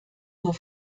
nur